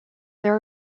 there